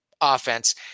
offense